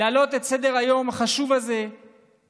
להעלות את הנושא החשוב הזה לסדר-היום